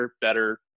better